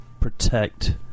protect